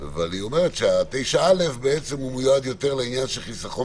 אבל היא אומרת ש-9(א) מיועד יותר לעניין של חסכון